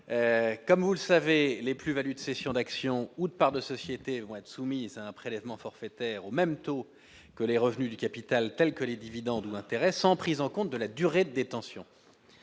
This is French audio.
Comme vous le savez, les plus-values de cession d'actions ou de parts de sociétés vont être soumises à un prélèvement forfaitaire au même taux que les revenus du capital tels que les dividendes ou les intérêts, sans prise en compte de la durée de détention.